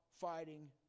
fighting